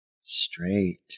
straight